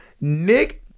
Nick